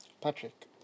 Patrick